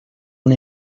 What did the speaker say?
una